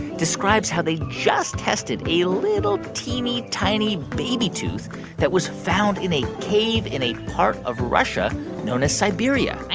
describes how they just tested a little, teeny, tiny baby tooth that was found in a cave in a part of russia known as siberia man,